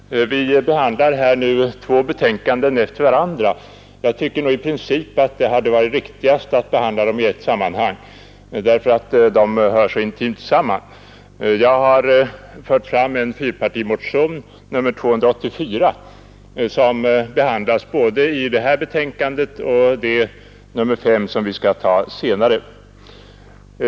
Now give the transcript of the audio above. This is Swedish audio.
Herr talman! Vi behandlar nu två betänkanden efter varandra, som det i princip nog hade varit riktigast att behandla i ett sammanhang, därför att de hör intimt samman. Jag har fört fram en fyrpartimotion, nr 284, som behandlas både i det nu förevarande betänkandet nr 4 och i betänkandet nr 5 som kommer upp senare.